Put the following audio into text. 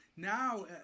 Now